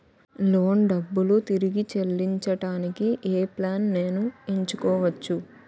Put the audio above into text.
Loan డబ్బులు తిరిగి చెల్లించటానికి ఏ ప్లాన్ నేను ఎంచుకోవచ్చు?